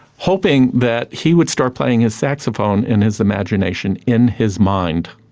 hoping that he would start playing his saxophone in his imagination, in his mind.